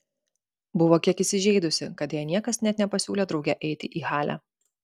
buvo kiek įsižeidusi kad jai niekas net nepasiūlė drauge eiti į halę